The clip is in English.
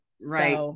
Right